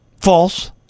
false